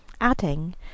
adding